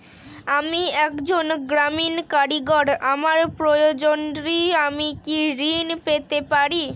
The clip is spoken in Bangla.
আমি একজন গ্রামীণ কারিগর আমার প্রয়োজনৃ আমি কি ঋণ পেতে পারি?